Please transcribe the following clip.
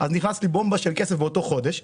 נכנס לי בומבה של כסף באותו חודש,